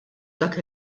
dak